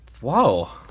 Wow